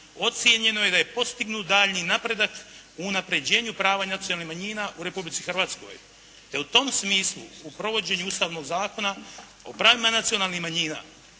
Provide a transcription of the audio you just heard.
ocijenjeno je da je postignut daljnji napredak u unapređenju prava nacionalnih manjina u Republici Hrvatskoj, te u tom smislu u provođenju Ustavnog zakona o pravima nacionalnih manjina